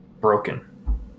broken